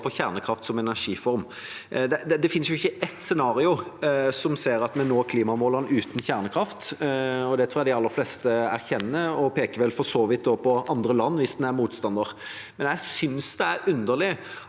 på kjernekraft som energiform. Det finnes ikke ett scenario som sier at vi når klimamålene uten kjernekraft. Det tror jeg de aller fleste erkjenner, og en peker vel for så vidt på andre land hvis en er motstander. Én ting er at en mener